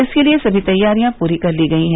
इसके लिये सभी तैयारियां पूरी कर ली गई है